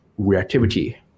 reactivity